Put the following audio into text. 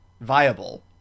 viable